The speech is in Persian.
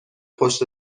پشت